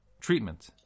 treatment